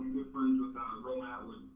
with um roman atwood,